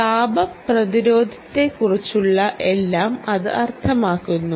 താപ പ്രതിരോധത്തെക്കുറിച്ചുള്ള എല്ലാം ഇത് അർത്ഥമാക്കുന്നു